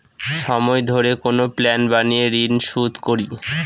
সময় ধরে কোনো প্ল্যান বানিয়ে ঋন শুধ করি